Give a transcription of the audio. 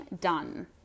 done